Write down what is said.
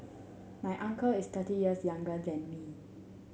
my uncle is thirty years younger than me